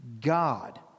God